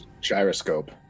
gyroscope